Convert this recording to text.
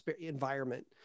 environment